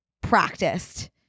practiced